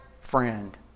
friend